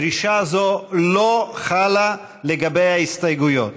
דרישה זו לא חלה לגבי ההסתייגויות.